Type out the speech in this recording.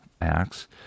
Acts